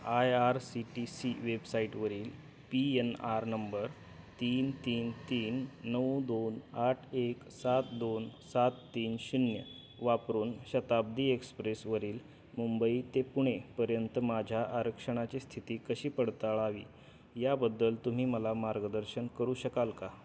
I R C T C वेबसाईटवरील P N R number तीन तीन तीन नऊ दोन आठ एक सात दोन सात तीन शून्य वापरून शताब्दी एक्सप्रेसवरील मुंबई ते पुणे पर्यंत माझ्या आरक्षणाची स्थिती कशी पडताळावी याबद्दल तुम्ही मला मार्गदर्शन करू शकाल का